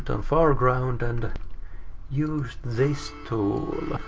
on foreground, and use this tool